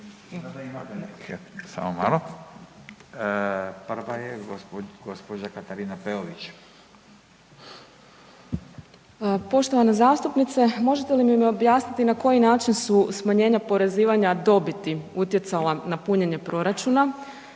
**Peović, Katarina (RF)** Poštovana zastupnice možete li mi objasniti na koji način su smanjenja oporezivanja dobiti utjecala na punjenje proračuna?